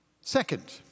Second